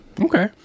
Okay